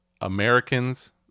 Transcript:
Americans